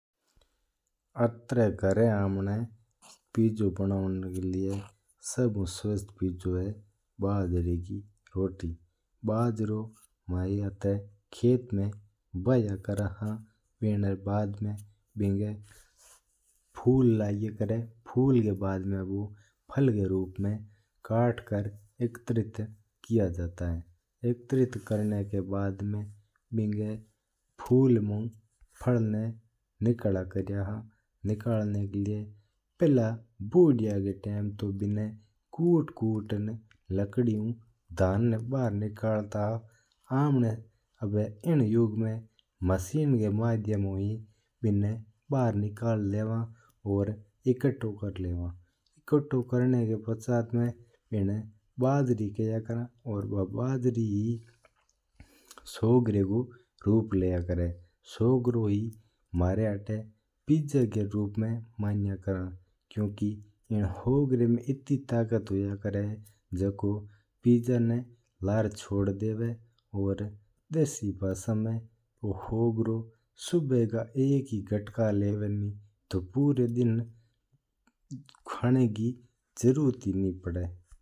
आतरा घर आपणा आता पिज्जो बनवणा वास्ता सभ्यू स्वस्त पिज्जो होया करा है बाजरी री रोटी। बाजरो में आता खेत में बाया करा है इंणा बाद में इंणा फूल लाग्या करा है। बिना बाद में बू फल का रूप में कट र वितरित कियो जवा है। वितरित होण का बाद में बिनो फूल मू फूल निकलया करा है। बूड़िया री टाइम तांे बिना कूरट कूट लकड़िया हू ही निकालता है अपना आब इन युग्ग काई मशीनां रा उपयोग होवणा दुग्ग गयो है। मशीन ऊ ही बिना बार निकाल लोवा है और एकाड़ो कर लोवा है। बा बाजरी ही सोगरा रा रूप लिया करा है सोगरा ही महारा आता पिज्जो खेवा है।